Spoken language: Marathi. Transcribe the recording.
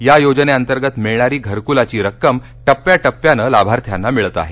या योजनेअंतर्गत मिळणारी घरकुलाची रक्कम टप्याटप्यानं लाभार्थ्यांना मिळत आहे